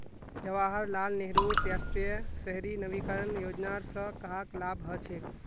जवाहर लाल नेहरूर राष्ट्रीय शहरी नवीकरण योजनार स कहाक लाभ हछेक